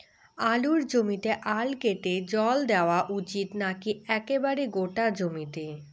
আলুর জমিতে আল কেটে জল দেওয়া উচিৎ নাকি একেবারে গোটা জমিতে?